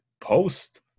post